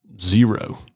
zero